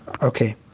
Okay